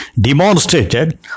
demonstrated